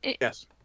Yes